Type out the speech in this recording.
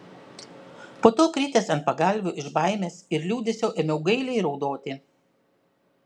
po to kritęs ant pagalvių iš baimės ir liūdesio ėmiau gailiai raudoti